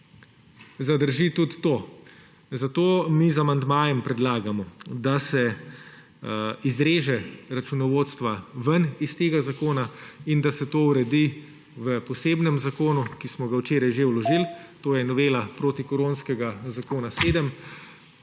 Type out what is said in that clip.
zadrži tudi to. Zato mi z amandmajem predlagamo, da se izreže računovodstva ven iz tega zakona in da se to uredi v posebnem zakonu, ki smo ga včeraj že vložili, to je novela protikoronskega zakona 7.